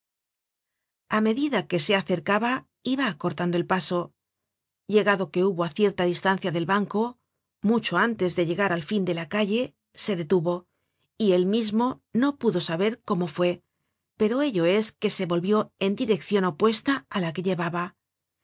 a medida que se acercaba iba acortando el paso llegado que hubo á cierta distancia del banco mucho antes de llegar al fin de la calle se detuvo y él mismo no pudo saber cómo fue pero ello es que se volvió en direccion opuesta á la que llevaba ni